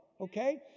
okay